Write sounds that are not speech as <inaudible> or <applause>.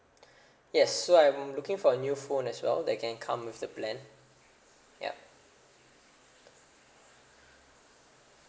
<breath> yes so I'm looking for a new phone as well that can come with the plan yup